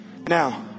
Now